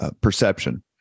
perception